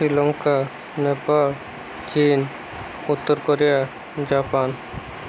ଶ୍ରୀଲଙ୍କା ନେପାଳ ଚୀନ ଉତ୍ତର Korea Japan